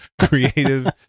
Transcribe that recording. creative